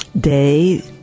day